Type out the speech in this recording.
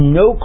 no